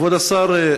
כבוד השר,